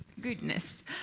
goodness